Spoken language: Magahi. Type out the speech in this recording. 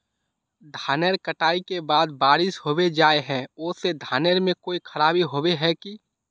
धानेर कटाई के बाद बारिश होबे जाए है ओ से धानेर में कोई खराबी होबे है की?